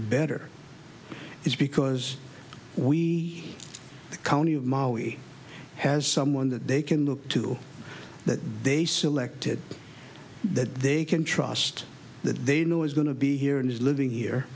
better is because we county of maui has someone that they can look to that they selected that they can trust that they know is going to be here and is living here